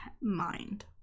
mind